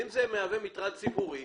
אם זה מהווה מטרד ציבורי,